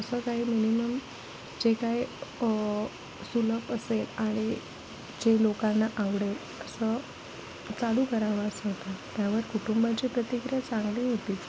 असं काही मिनिमम जे काही सुलभ असेल आणि जे लोकांना आवडेल असं चालू करावं असं होतं त्यावर कुटुंबाची प्रतिक्रिया चांगली होती